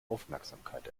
aufmerksamkeit